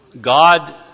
God